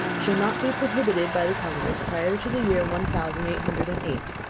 shall not be prohibited by the congress prior to the year one thousand eight hundred and eight,